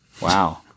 wow